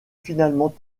finalement